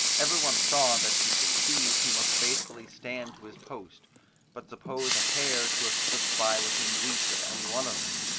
every one saw that to succeed he must faithfully stand to his post but suppose a hare to have slipped by within reach of any one of them,